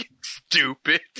stupid